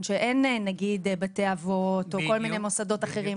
שאין נגיד בתי אבות או כל מיני מוסדות אחרים,